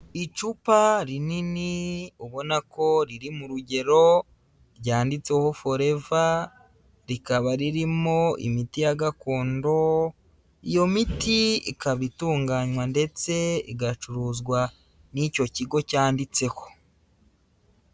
Icupa rinini ubona ko riri mu rugero ryanditseho foreva rikaba ririmo imiti ya gakondo, iyo miti ikaba itunganywa ndetse igacuruzwa n'icyo kigo cyanditseho.